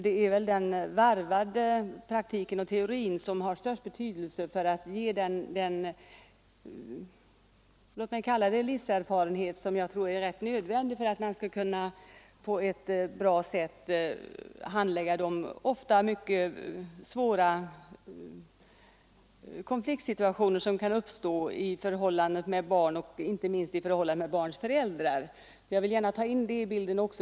Det är väl den varvade praktiken och teorin som har störst betydelse för att ge låt mig kalla det livserfarenhet, något som jag tror är rätt nödvändigt för att man skall kunna på ett bra sätt handlägga de ofta mycket svåra konfliktsituationer som kan uppstå. Det gäller ju inte bara barnen utan också och inte minst deras föräldrar. Jag vill gärna ta in det i bilden.